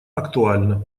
актуальна